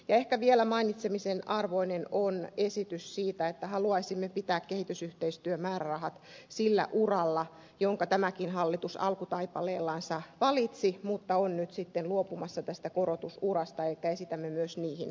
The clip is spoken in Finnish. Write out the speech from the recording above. ehkä vielä mainitsemisen arvoinen on esitys siitä että haluaisimme pitää kehitysyhteistyömäärärahat sillä uralla jonka tämäkin hallitus alkutaipaleellansa valitsi mutta josta on nyt sitten luopumassa tästä korotusurasta elikkä esitämme myös niihin